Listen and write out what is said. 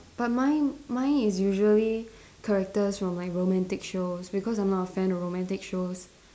but mine mine is usually characters from like romantic shows because I'm not a fan of romantic shows